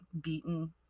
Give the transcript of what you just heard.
beaten